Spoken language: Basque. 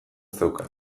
zeukan